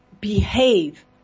behave